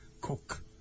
Cook